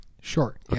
sure